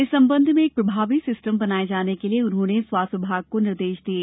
इस संबंध में एक प्रभावी सिस्टम बनाए जाने के लिये उन्होंने स्वास्थ्य विभाग को निर्देश दिये